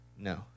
No